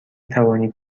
توانید